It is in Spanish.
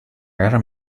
agarra